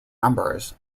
numbers